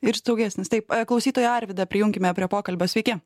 ir saugesnis taip klausytojai arvydą prijunkime prie pokalbio sveiki